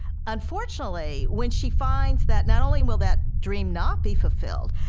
unfortunately, when she finds that not only will that dream not be fulfilled,